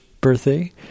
birthday